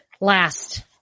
last